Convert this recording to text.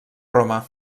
roma